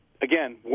again